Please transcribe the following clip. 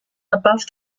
above